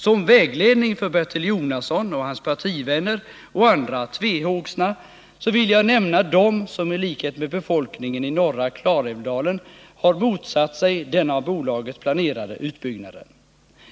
Som vägledning för Bertil Jonasson och hans partivänner och andra tvehågsna vill jag nämna dem som i likhet med befolkningen i norra Klarälvsdalen har motsatt sig den av bolaget planerade utbyggnaden.